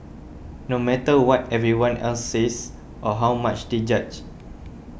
no matter what everyone else says or how much they judge